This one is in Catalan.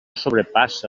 sobrepassa